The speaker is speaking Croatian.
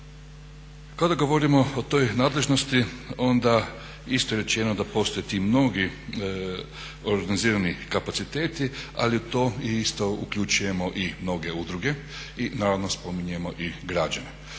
Kada govorimo o toj nadležnosti onda isto je rečeno da postoje ti mnogi organizirani kapaciteti, ali u to isto uključujemo i mnoge udruge i naravno spominjemo i građane.